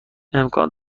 امکان